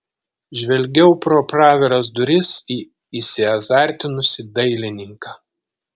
žvelgiau pro praviras duris į įsiazartinusį dailininką